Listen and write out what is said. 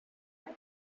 type